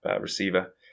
receiver